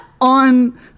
on